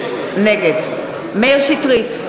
נגד מאיר שטרית,